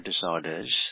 disorders